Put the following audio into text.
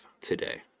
today